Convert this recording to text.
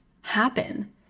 happen